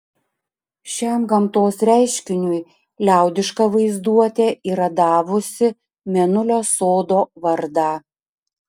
šiam gamtos reiškiniui liaudiška vaizduotė yra davusi mėnulio sodo vardą